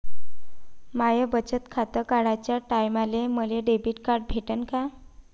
माय बचत खातं काढाच्या टायमाले मले डेबिट कार्ड भेटन का?